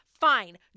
Fine